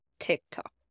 TikTok